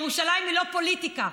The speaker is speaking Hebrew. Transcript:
ירושלים היא לא פוליטיקה.